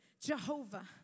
Jehovah